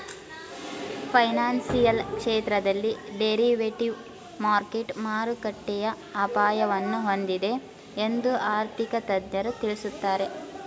financial ಕ್ಷೇತ್ರದಲ್ಲಿ derivative market ಮಾರುಕಟ್ಟೆಯ ಅಪಾಯವನ್ನು ಹೊಂದಿದೆ ಎಂದು ಆರ್ಥಿಕ ತಜ್ಞರು ತಿಳಿಸುತ್ತಾರೆ